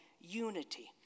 unity